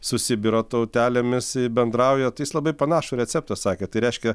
su sibiro tautelėmis bendrauja tai jis labai panašų receptą sakė tai reiškia